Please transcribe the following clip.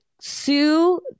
sue